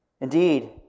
Indeed